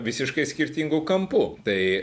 visiškai skirtingu kampu tai